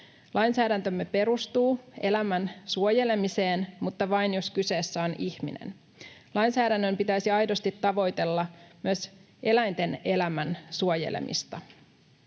Lainsäädäntömme perustuu elämän suojelemiseen mutta vain, jos kyseessä on ihminen. Lainsäädännön pitäisi aidosti tavoitella myös eläinten elämän suojelemista.